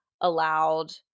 allowed